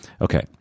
Okay